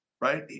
right